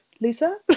Lisa